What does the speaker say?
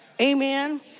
Amen